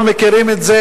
אנחנו מכירים את זה,